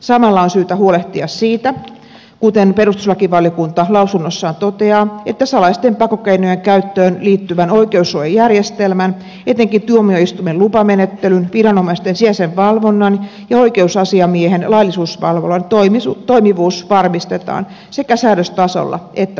samalla on syytä huolehtia siitä kuten perustuslakivaliokunta lausunnossaan toteaa että salaisten pakkokeinojen käyttöön liittyvän oikeussuojajärjestelmän etenkin tuomioistuimen lupamenettelyn viranomaisen sijaisen valvonnan ja oikeusasiamiehen laillisuusvalvonnan toimivuus varmistetaan sekä säädöstasolla että käytännössä